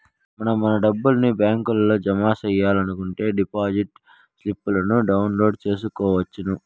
మనం మన డబ్బుని బ్యాంకులో జమ సెయ్యాలనుకుంటే డిపాజిట్ స్లిప్పులను డౌన్లోడ్ చేసుకొనవచ్చును